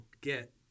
get